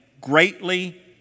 greatly